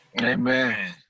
Amen